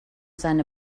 seine